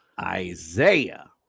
Isaiah